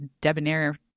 Debonair